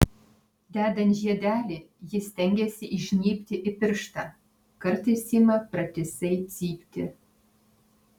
dedant žiedelį ji stengiasi įžnybti į pirštą kartais ima pratisai cypti